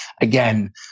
Again